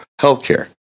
healthcare